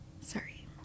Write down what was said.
Sorry